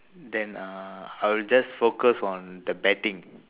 then uh I will just focus on the batting